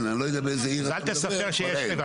אז אל תספר שיש קבר.